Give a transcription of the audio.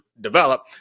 develop